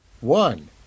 One